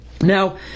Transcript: Now